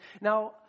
Now